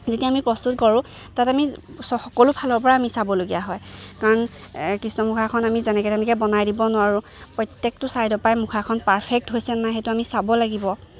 যেতিয়া আমি প্ৰস্তুত কৰোঁ তাত আমি সকলোফালৰপৰা আমি চাবলগীয়া হয় কাৰণ কৃষ্ণ মুখাখন আমি যেনেকৈ তেনেকৈ বনাই দিব নোৱাৰোঁ প্ৰত্যেকটো ছাইডৰপৰাই মুখাখন পাৰ্ফেক্ট হৈছেনে নাই সেইটো আমি চাব লাগিব